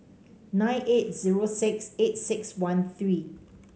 nine eight zero six eight six one three